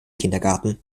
kindergarten